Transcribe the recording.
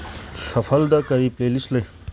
ꯁꯐꯜꯗ ꯀꯔꯤ ꯄ꯭ꯂꯦꯂꯤꯁ ꯂꯩ